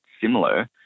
similar